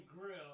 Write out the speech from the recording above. grill